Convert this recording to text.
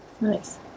nice